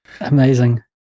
Amazing